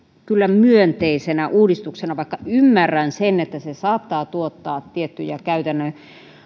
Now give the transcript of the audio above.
kyllä myönteisenä uudistuksena vaikka ymmärrän sen että se saattaa tuottaa tiettyjä käytännön